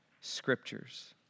scriptures